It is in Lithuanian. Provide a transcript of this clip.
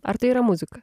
ar tai yra muzika